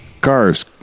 Cars